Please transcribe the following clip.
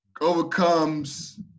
overcomes